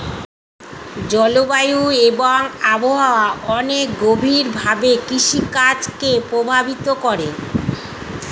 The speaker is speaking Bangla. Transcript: জলবায়ু এবং আবহাওয়া অনেক গভীরভাবে কৃষিকাজ কে প্রভাবিত করে